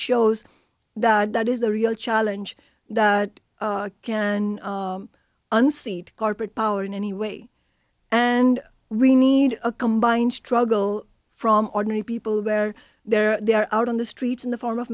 shows that that is a real challenge that can unseat corporate power in any way and we need a combined struggle from ordinary people where they're out on the streets in the form of